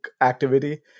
activity